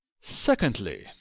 Secondly